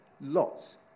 lots